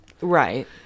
Right